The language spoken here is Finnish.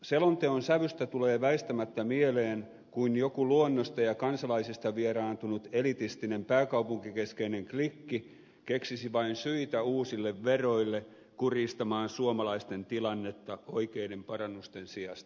selonteon sävystä tulee väistämättä mieleen kuin joku luonnosta ja kansalaisista vieraantunut elitistinen pääkaupunkikeskeinen klikki keksisi vain syitä uusille veroille kurjistamaan suomalaisten tilannetta oikeiden parannusten sijasta